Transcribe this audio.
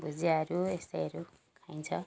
भुजियाहरू यस्तैहरू खाइन्छ